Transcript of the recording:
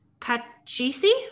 Pachisi